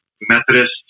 Methodist